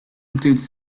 includes